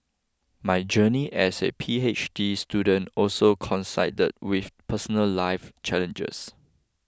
my journey as a P H D student also coincided with personal life challenges